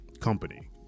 company